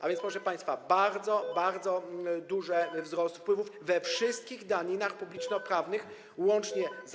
A więc, proszę państwa, bardzo, bardzo duże wzrosty wpływów we wszystkich daninach publicznoprawnych, łącznie z akcyzą i cłem.